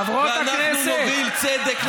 חברות הכנסת,